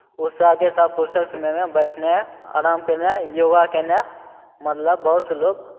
उत्साहके साथ फुरसत समयमे बैठनाय आराम कयनाय योगा कयनाय मतलब बहुत से लोक